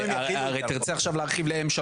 הרי תרצה עכשיו ל-M3,